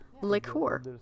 liqueur